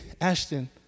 Ashton